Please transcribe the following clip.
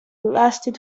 lasted